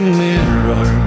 mirror